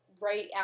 right